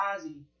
Ozzy